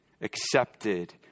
accepted